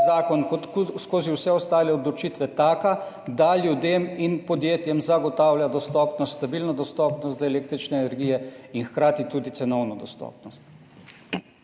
zakon kot skozi vse ostale odločitve taka, da ljudem in podjetjem zagotavlja dostopnost, stabilno dostopnost do električne energije in hkrati tudi cenovno dostopnost.